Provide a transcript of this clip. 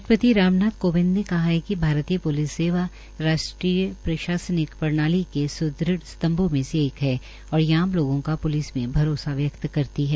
राष्ट्रपति रामनाथ कोविंद ने कहा है कि भारतीय प्लिस सेवा राष्ट्रीय प्रणाली के स्दृढ़ स्तम्बों में से एक है और ये आम लोगों का प्लिस में भरोसा व्यक्त करती है